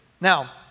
Now